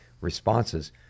responses